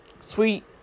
sweet